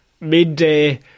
midday